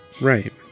Right